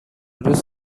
روز